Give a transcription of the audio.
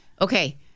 Okay